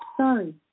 Sorry